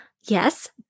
yes